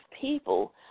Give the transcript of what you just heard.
people